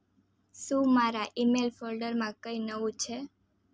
શું મારા ઇમેલ ફોલ્ડરમાં કંઈ નવું છે